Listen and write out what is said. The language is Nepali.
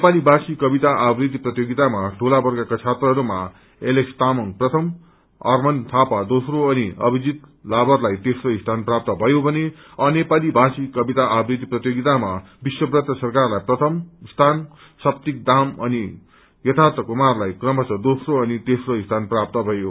नेपाली ीापी कविता आवृति प्रतियोगिता दूला वर्गका छात्रहरूमा ऐलेक्स तामंग प्रााम आर्मन थापा दोम्रो अनि अभिजीत लावरलाई तेम्रो स्थान प्राप्त भयो भने अनेपाली भाषी कविता अवृति प्रतियोगितामा विश्वव्रत सरकारलाई प्रथम स्थान सप्तीक दाम अनि यर्थाथ कुमारलाई क्रमशः दोम्रो अनि तेम्रो स्थान प्राप्त भयो